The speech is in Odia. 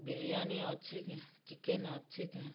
ବିରିୟାନୀ ଅଛେ କେଁ ଚିକେନ୍ ଅଛି କେଁ